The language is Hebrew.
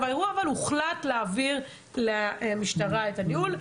הוחלט להעביר למשטרה את הניהול,